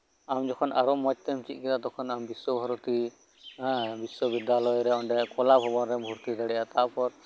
ᱟᱢ ᱡᱚᱠᱷᱚᱱ ᱟᱨᱚ ᱢᱚᱸᱡᱽ ᱛᱮᱢ ᱪᱮᱫ ᱠᱮᱫᱟ ᱵᱤᱥᱥᱚ ᱵᱷᱟᱨᱚᱛᱤ ᱵᱤᱥᱥᱚ ᱵᱤᱫᱽᱫᱟᱞᱚᱭᱨᱮ ᱚᱱᱰᱮ ᱠᱚᱞᱟ ᱵᱷᱚᱵᱚᱱ ᱨᱮᱢ ᱵᱷᱚᱨᱛᱤ ᱫᱟᱲᱮᱭᱟᱜᱼᱟ ᱛᱟᱨᱯᱚᱨ